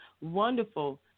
wonderful